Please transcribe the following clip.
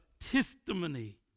testimony